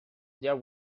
there